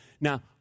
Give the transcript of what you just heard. Now